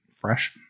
fresh